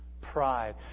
pride